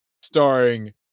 starring